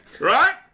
right